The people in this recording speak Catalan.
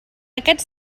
aquest